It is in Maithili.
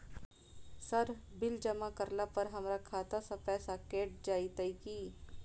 सर बिल जमा करला पर हमरा खाता सऽ पैसा कैट जाइत ई की?